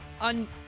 on